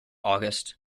august